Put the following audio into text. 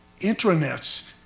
intranets